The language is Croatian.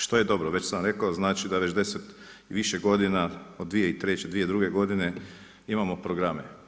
Što je dobro, već sam vam rekao, znali da već 10 i više godina, od 2003., 2002. godine imamo programe.